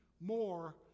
more